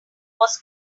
was